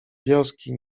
wioski